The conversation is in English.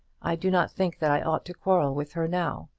i do not think that i ought to quarrel with her now.